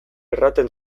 erraten